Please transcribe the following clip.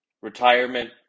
retirement